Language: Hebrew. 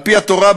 על-פי התורה,